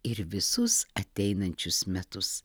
ir visus ateinančius metus